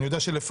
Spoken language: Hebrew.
אני יודע שלפחות